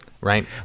Right